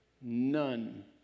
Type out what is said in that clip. None